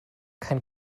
kein